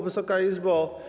Wysoka Izbo!